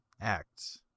Acts